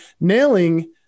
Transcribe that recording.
nailing